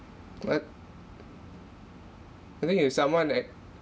what I think if someone like